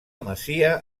masia